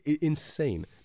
insane